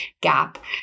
gap